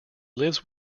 lives